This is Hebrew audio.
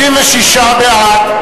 56 בעד,